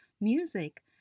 music